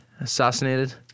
assassinated